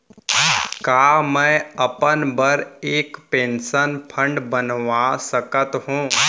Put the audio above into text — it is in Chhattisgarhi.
का मैं अपन बर एक पेंशन फण्ड बनवा सकत हो?